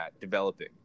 developing